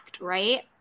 right